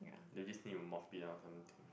you just need to mop it or something